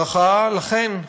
הערכה לכן,